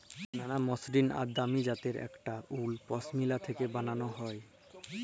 ম্যালা মসরিল আর দামি জ্যাত্যের ইকট উল পশমিলা থ্যাকে বালাল হ্যয়